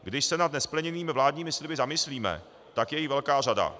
Když se nad nesplněnými vládními sliby zamyslíme, tak je jich velká řada.